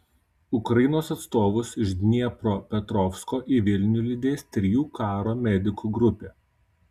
ukrainos atstovus iš dniepropetrovsko į vilnių lydės trijų karo medikų grupė